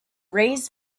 raised